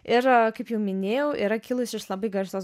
ir kaip jau minėjau yra kilusi iš labai garsios